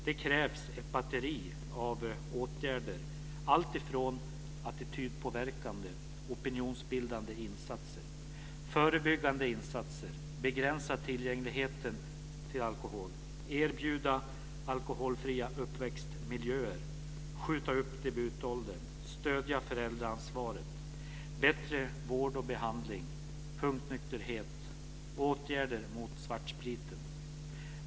Det krävs ett batteri av åtgärder alltifrån attitydpåverkande och opinionsbildande insatser till förebyggande insatser. Man måste begränsa tillgängligheten när det gäller alkohol, erbjuda alkoholfria uppväxtmiljöer, skjuta upp debutåldern och stödja föräldraansvaret. Det krävs bättre vård och behandling, punktnykterhet och åtgärder mot svartspriten.